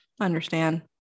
understand